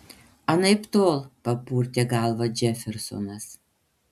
anaiptol papurtė galvą džefersonas